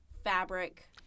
fabric